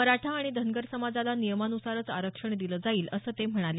मराठा आणि धनगर समाजाला नियमानुसारच आरक्षण दिलं जाईल असं ते म्हणाले